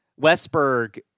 Westberg